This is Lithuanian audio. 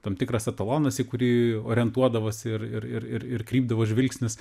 tam tikras etalonas į kurį orientuodavosi ir ir ir ir krypdavo žvilgsnis